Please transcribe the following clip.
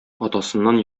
атасыннан